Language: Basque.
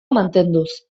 mantenduz